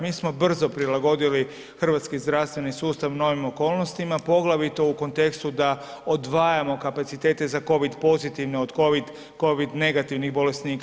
Mi smo brzo prilagodili hrvatski zdravstveni sustav novim okolnostima, poglavito u kontekstu da odvajamo kapacitete za COVID pozitivne od COVID negativnih bolesnika.